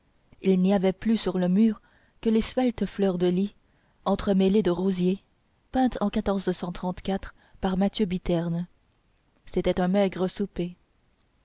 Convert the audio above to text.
il n'y avait plus sur le mur que les sveltes fleurs de lys entremêlées de rosiers peintes en par mathieu biterne c'était un maigre souper